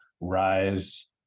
rise